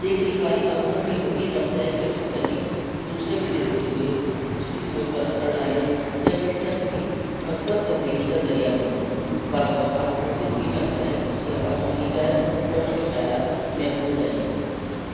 ایک لکھاری عموماً یہ امید رکھتا ہے کہ اس کی تحر دوسرے کے دل کو چھوئے اس کی سوچ پر اثر ڈالے یا کسی نہ کسی مثبت تبدیلی کا ذریعہ بنیں بعض اوقات وہ صرف یہ چاہتا ہے کہ اس کی آواز سنی جائے اور اس کے خیالات محفوظ رہیں